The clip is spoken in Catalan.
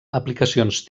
aplicacions